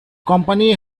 company